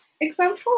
example